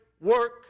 work